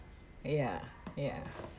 yeah yeah